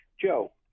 Joe